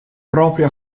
proprio